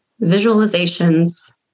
visualizations